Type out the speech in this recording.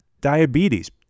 diabetes